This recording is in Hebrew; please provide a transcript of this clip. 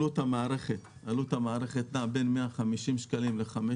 עלות המערכת נעה בין 150 שקלים ל-500